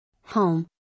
Home